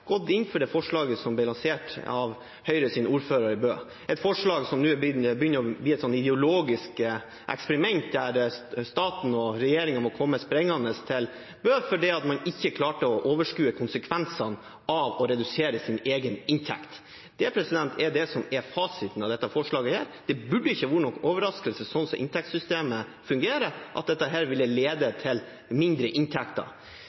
gått inn for det forslaget som ble lansert av Høyres ordfører i Bø, et forslag som nå begynner å bli et ideologisk eksperiment der staten og regjeringen må komme springende til Bø fordi man ikke klarte å overskue konsekvensene av å redusere sin egen inntekt. Det er det som er fasiten av dette forslaget. Det burde ikke være noen overraskelse sånn som inntektssystemet fungerer, at dette ville lede til mindre inntekter.